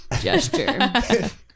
gesture